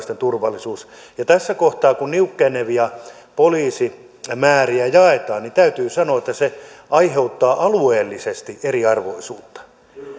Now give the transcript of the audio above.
kansalaisten turvallisuus tässä kohtaa kun niukkenevia poliisimääriä jaetaan täytyy sanoa että se aiheuttaa alueellisesti eriarvoisuutta